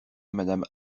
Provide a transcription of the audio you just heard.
madame